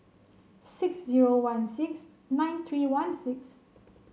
six zero one six nine three one six